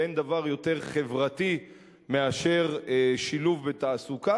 ואין דבר יותר חברתי מאשר שילוב בתעסוקה.